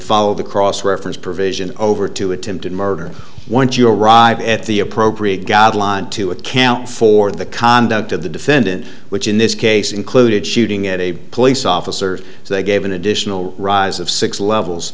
follow the cross reference provision over to attempted murder once you arrive at the appropriate god line to account for the conduct of the defendant which in this case included shooting at a police officer so they gave an additional rise of six levels